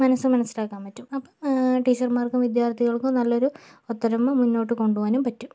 മനസ്സ് മനസിലാക്കാൻ പറ്റും ടീച്ചർമാർക്കും വിദ്യാർത്ഥികൾക്കും നല്ലൊരു ഒത്തൊരുമ്മ മുന്നോട്ട് കൊണ്ട് പോകാനും പറ്റും